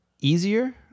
easier